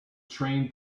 train